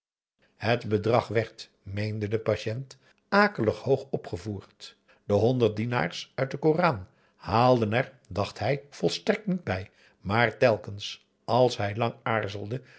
het bedrag werd meende de patiënt akel ig hoog opgevoerd de honderd dinars uit den koran haalden er dacht hij volstrekt niet bij maar telkens als hij lang aarzelde